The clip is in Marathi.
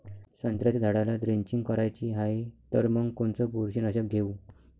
संत्र्याच्या झाडाला द्रेंचींग करायची हाये तर मग कोनच बुरशीनाशक घेऊ?